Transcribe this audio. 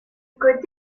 copenhague